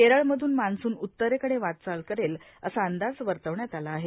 केरळमधून मान्सून उत्तरेकडे वाटचाल करेल असा अंदाज वर्तवण्यात आला आहे